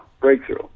Breakthrough